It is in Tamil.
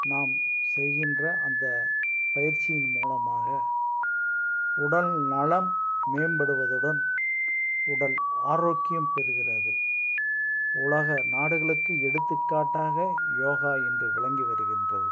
நாம் செய்கின்ற அந்த பயிற்சியின் மூலமாக உடல்நலம் மேம்படுவதுடன் உடல் ஆரோக்கியம் பெறுகிறது உலக நாடுகளுக்கு எடுத்துக்காட்டாக யோகா இன்று விளங்கி வருகின்றது